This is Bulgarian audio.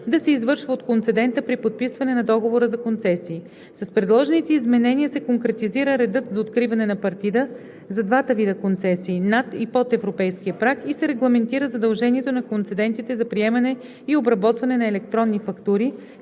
да се извършва от концедента при подписване на договора за концесии. С предложените изменения се конкретизира редът за откриване на партида за двата вида концесии – над и под европейския праг, и се регламентира задължението на концедентите за приемане и обработване на електронни фактури,